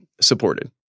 supported